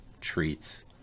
treats